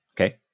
okay